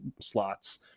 slots